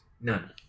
None